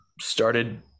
started